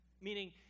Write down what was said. meaning